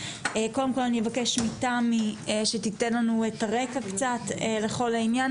קודם כל אני אבקש מתמי שתיתן לנו את הרקע קצת לכל העניין